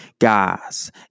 Guys